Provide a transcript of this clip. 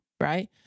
right